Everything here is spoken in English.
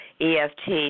EFT